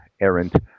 errant